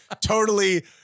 totally-